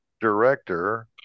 director